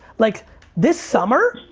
like this summer,